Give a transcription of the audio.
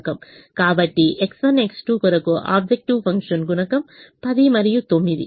కాబట్టి X1 X2 కొరకు objective function గుణకం 10 మరియు 9